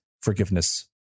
forgiveness